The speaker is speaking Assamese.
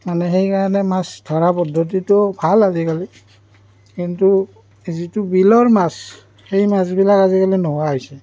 মানে সেইকাৰণে মাছ ধৰা পদ্ধতিটো ভাল আজিকালি কিন্তু যিটো বিলৰ মাছ সেই মাছবিলাক আজিকালি নোহোৱা হৈছে